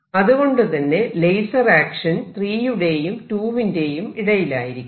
അതുകൊണ്ടുതന്നെ laser action 3 യുടെയും 2 വിന്റേയും ഇടയിലായിരിക്കും